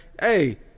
hey